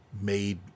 made